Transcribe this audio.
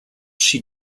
she